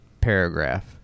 paragraph